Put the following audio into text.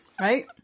Right